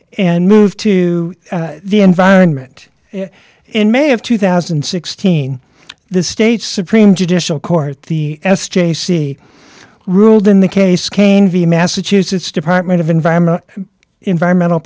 and moved to the environment in may of two thousand and sixteen the state's supreme judicial court the s j c ruled in the case cain v massachusetts department of environment environmental